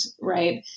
Right